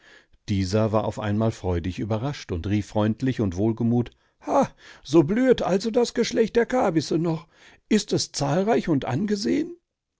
dieser war auf einmal freudig überrascht und rief freundlich und wohlgemut ha so blühet also das geschlecht der kabysse noch ist es zahlreich und angesehen